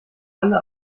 alle